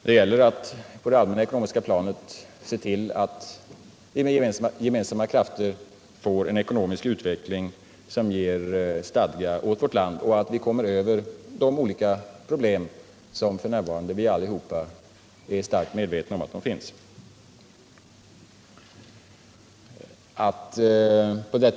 Det gäller att på det allmänna ekonomiska planet se till att vi med gemensamma krafter får en ekonomisk utveckling, som ger stadga åt vårt land, och att vi kommer till rätta med de olika problem vars existens vi alla är starkt medvetna om just nu.